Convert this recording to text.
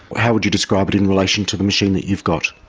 how would you describe it in relation to the machine that you've got?